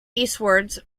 eastwards